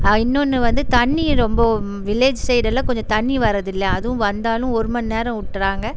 ஆ இன்னொன்று வந்து தண்ணி ரொம்ப வில்லேஜ் சைடெல்லாம் கொஞ்சம் தண்ணி வரதில்லை அதுவும் வந்தாலும் ஒரு மணி நேரம் விட்றாங்க